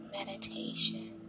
Meditation